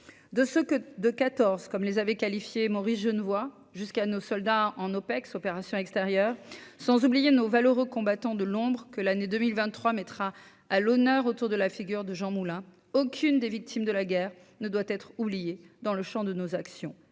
de ce que, de 14 comme les avait qualifiés Maurice Genevoix jusqu'à nos soldats en OPEX opérations extérieures, sans oublier nos valeureux combattants de l'ombre que l'année 2023 mettra à l'honneur autour de la figure de Jean Moulin, aucune des victimes de la guerre ne doit être oublié dans le Champ de nos actions,